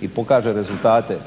i pokaže rezultate